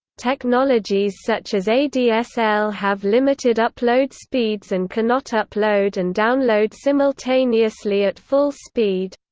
technologies such as adsl have limited upload speeds and cannot upload and download simultaneously at full speed.